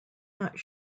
not